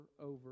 over